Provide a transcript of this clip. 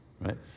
Right